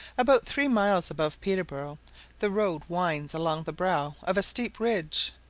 about three miles above peterborough the road winds along the brow of a steep ridge,